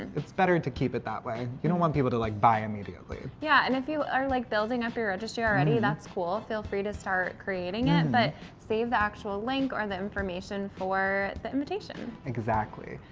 it's better to keep it that way. you don't want people to like buy immediately. yeah, and if you are like building up your registry already, that's cool. feel free to start creating it, but save the actual link or the information for the invitation. exactly,